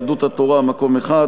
יהדות התורה: מקום אחד.